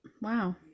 Wow